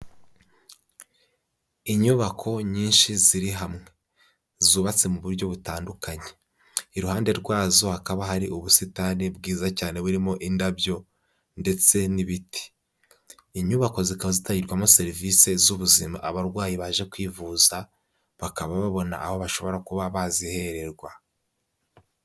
Inyubako nyinshi ziri hamwe zubatse mu buryo butandukanye, iruhande rwazo hakaba hari ubusitani bwiza cyane burimo indabyo ndetse n'ibiti, inyubako zikaba zitangirwamo serivisi z'ubuzima, abarwayi baje kwivuza, bakaba babona aho bashobora kuba bazihererwa.